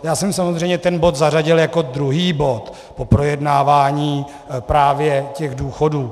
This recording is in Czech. Já jsem samozřejmě ten bod zařadil jako druhý bod po projednávání právě těch důchodů.